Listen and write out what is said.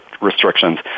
restrictions